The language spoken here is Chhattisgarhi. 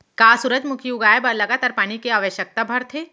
का सूरजमुखी उगाए बर लगातार पानी के आवश्यकता भरथे?